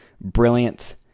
brilliant